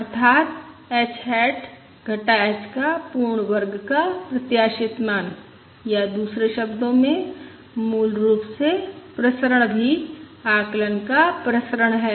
अर्थात h hat घटा h का पूर्ण वर्ग का प्रत्याशित मान या दूसरे शब्दों में मूल रूप से प्रसरण भी आकलन का प्रसरण है